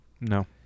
No